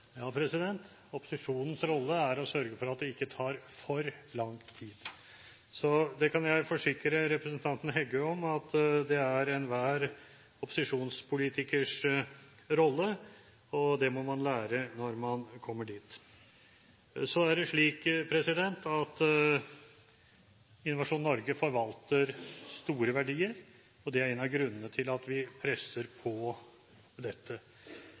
Ja, opposisjonens rolle er å sørge for at det ikke tar for lang tid. Jeg kan forsikre representanten Heggø om at det er enhver opposisjonspolitikers rolle, og det må man lære når man kommer dit. Innovasjon Norge forvalter store verdier. Det er en av grunnene til at vi presser på dette.